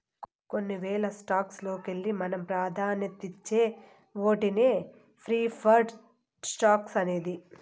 కొన్ని వేల స్టాక్స్ లోకెల్లి మనం పాదాన్యతిచ్చే ఓటినే ప్రిఫర్డ్ స్టాక్స్ అనేది